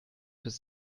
bis